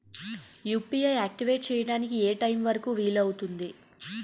UPI activate చెయ్యడానికి ఏ time వరుకు వీలు అవుతుంది?